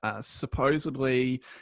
Supposedly